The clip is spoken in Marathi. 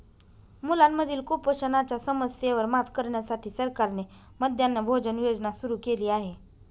मुलांमधील कुपोषणाच्या समस्येवर मात करण्यासाठी सरकारने मध्यान्ह भोजन योजना सुरू केली आहे